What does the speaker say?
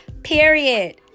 period